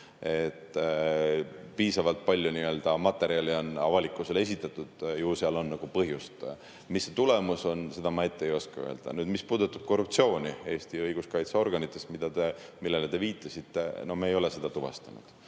et piisavalt palju materjali on avalikkusele esitatud, ju on põhjust. Mis see tulemus on, seda ma ette ei oska öelda. Mis puudutab korruptsiooni Eesti õiguskaitseorganites, millele te viitasite, siis me ei ole seda tuvastanud.